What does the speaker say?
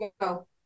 Go